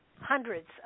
hundreds